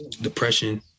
depression